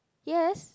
yes